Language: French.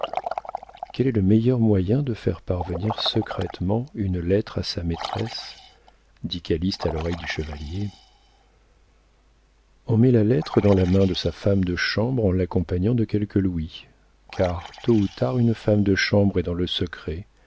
quel est le meilleur moyen de faire parvenir secrètement une lettre à sa maîtresse dit calyste à l'oreille du chevalier on met la lettre dans la main de sa femme de chambre en l'accompagnant de quelques louis car tôt ou tard une femme de chambre est dans le secret